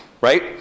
right